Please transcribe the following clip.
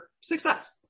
success